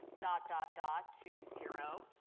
dot, dot, dot, to zero,